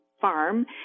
farm